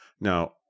Now